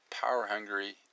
power-hungry